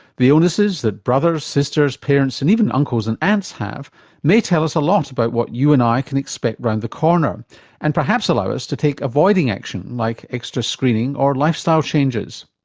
the illnesses that brothers, sisters, parents and even uncles and aunts have may tell us a lot about what you and i can expect around the corner and perhaps allow us to take avoiding action like extra screening or lifestyle changes.